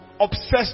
obsessed